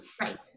Right